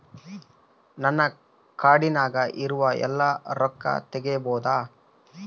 ನನ್ನ ಕಾರ್ಡಿನಾಗ ಇರುವ ಎಲ್ಲಾ ರೊಕ್ಕ ತೆಗೆಯಬಹುದು ಏನ್ರಿ?